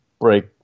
break